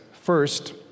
First